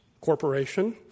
corporation